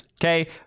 Okay